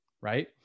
right